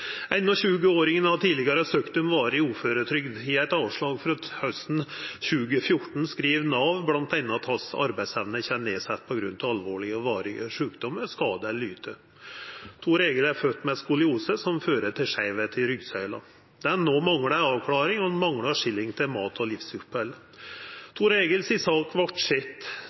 har tidlegare søkt om varig uføretrygd. I eit avslag frå hausten 2014 skriv Nav bl.a. at hans arbeidsevne ikkje er nedsett på grunn av alvorleg og varig sjukdom, skade eller lyte. Thor-Egil er født med skoliose, som fører til skeivheit i ryggsøyla. Det han no manglar, er avklaring, og han manglar skilling til mat og livsopphald. Thor-Egils sak vart